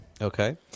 Okay